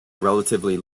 relatively